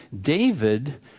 David